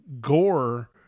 gore